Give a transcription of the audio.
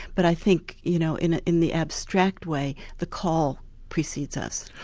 but i think you know in in the abstract way, the call precedes us.